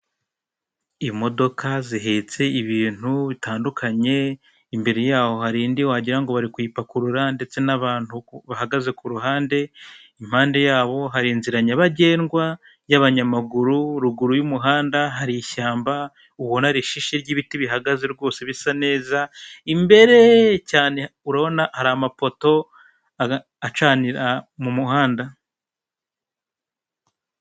Imodoka zihetse ibintu bitandukanye, imbere yaho hari indi wagira ngo bari kuyipakurura ndetse n'abantu bahagaze ku ruhande, impande ya hari inzira nyabagendwa y'abanyamaguru, ruguru y'umuhanda hari ishyamba, ubona rishishe ry'ibiti bihagaze rwose bisa neza, imbere cyane urabona hari amapoto acanira mu muhanda.